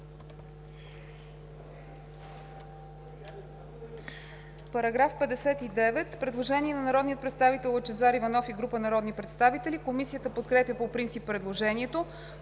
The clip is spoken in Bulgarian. По § 54 има предложение на народния представител Лъчезар Иванов и група народни представители. Комисията подкрепя предложението.